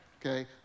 okay